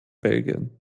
belgien